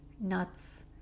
nuts